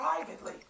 privately